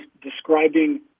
describing